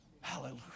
Hallelujah